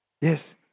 yes